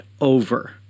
over